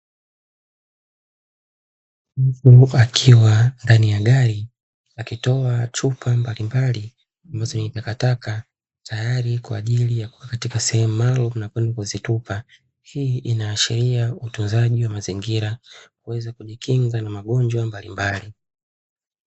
Mtu akiwa ndani ya gari akitoa chumba mbalimbali ambazo n takataka tayari kwaajili ya kuweka katika sehemu maalumu, na kwenda kuzitupa hii inaashiria utunzaji wa mazingira kweze kujikinga na magonjwa mbalimbali.